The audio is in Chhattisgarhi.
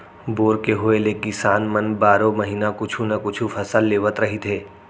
बोर के होए ले किसान मन बारो महिना कुछु न कुछु फसल लेवत रहिथे